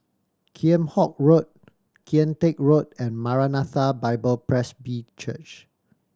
Kheam Hock Road Kian Teck Road and Maranatha Bible Presby Church